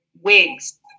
wigs